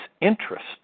interest